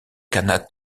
khanat